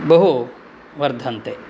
बहु वर्धन्ते